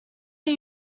new